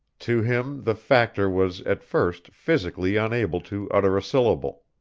to him the factor was at first physically unable to utter a syllable.